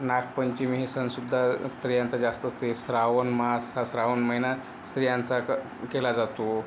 नागपंचमी हे सणसुद्धा स्त्रियांचा जास्त असते श्रावणमास हा श्रावण महिना स्त्रियांचा क केला जातो